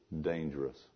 dangerous